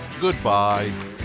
Goodbye